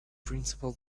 principle